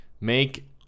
Make